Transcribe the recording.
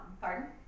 Pardon